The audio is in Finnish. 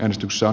äänestyksen